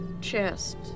chest